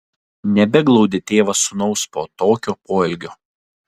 nebeglaudė tėvas sūnaus po tokio poelgio